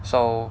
so